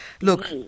Look